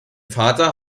vater